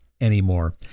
anymore